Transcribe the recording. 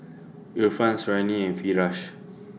Irfan Suriani and Firash